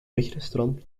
wegrestaurant